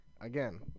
again